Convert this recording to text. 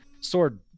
sword